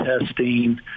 testing